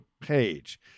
page